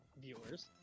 viewers